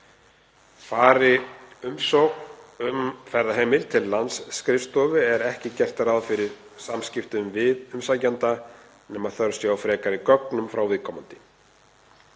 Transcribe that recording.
Fari umsókn um ferðaheimild til landsskrifstofu er ekki gert ráð fyrir samskiptum við umsækjanda nema þörf sé á frekari gögnum frá viðkomandi.